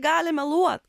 gali meluot